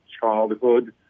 childhood